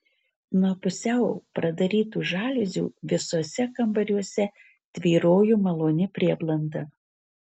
nuo pusiau pradarytų žaliuzių visuose kambariuose tvyrojo maloni prieblanda